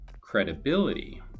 credibility